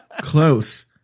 close